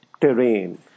terrain